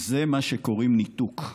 זה מה שקוראים "ניתוק",